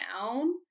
down